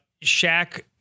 Shaq